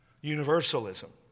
Universalism